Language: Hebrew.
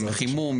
חימום,